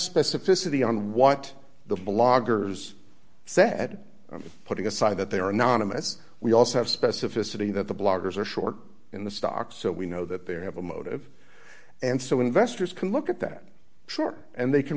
specificity on what the bloggers said putting aside that they are anonymous we also have specificity that the bloggers are short in the stock so we know that they have a motive and so investors can look at that short and they can